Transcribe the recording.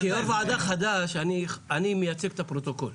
כיו"ר ועדה חדש, אני מייצג את הפרוטוקול.